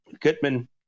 Goodman